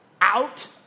out